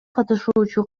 катышуучу